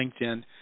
LinkedIn